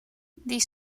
die